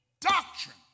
doctrine